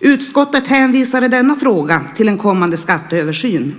Utskottet hänvisar i denna fråga till en kommande skatteöversyn.